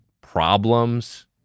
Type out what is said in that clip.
Problems